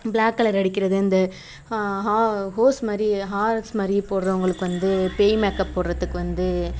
black colour அடிக்கிறது இந்த ஹா ஹோஸ் மாதிரி ஹாரர்ஸ் மாதிரி போடுகிறவங்களுக்கு வந்து பேய் மேக்கப் போடுறத்துக்கு வந்து